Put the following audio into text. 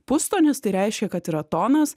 pustonis tai reiškia kad yra tonas